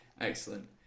Excellent